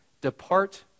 depart